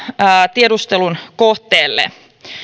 tiedustelun kohteelle